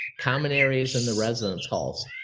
common areas and the residence halls.